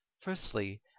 Firstly